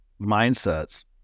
mindsets